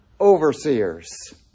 overseers